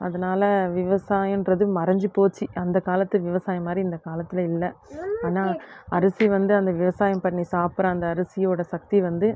அதனால விவசாயம்ன்றது மறைஞ்சிப் போச்சு அந்த காலத்து விவசாயம் மாதிரி இந்த காலத்தில் இல்லை ஆனால் அரிசி வந்து அந்த விவசாயம் பண்ணி சாப்பிட்ற அந்த அரிசியோட சக்தி வந்து